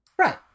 Right